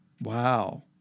Wow